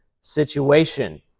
situation